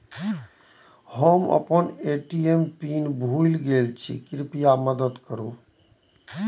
हम आपन ATM PIN भूल गईल छी, कृपया मदद करू